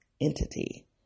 entity